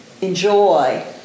enjoy